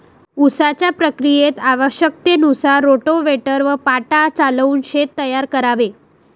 उसाच्या प्रक्रियेत आवश्यकतेनुसार रोटाव्हेटर व पाटा चालवून शेत तयार करावे